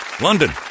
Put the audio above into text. London